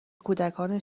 کودکان